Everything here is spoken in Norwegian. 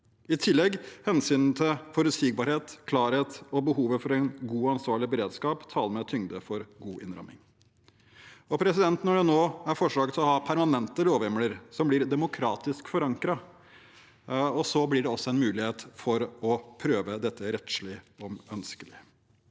I tillegg taler hensynet til forutsigbarhet og klarhet og behovet for en god, ansvarlig beredskap med tyngde for god innramming. Når det nå er forslag om å ha permanente lovhjemler som blir demokratisk forankret, blir det også mulighet for å prøve dette rettslig om ønskelig.